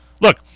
Look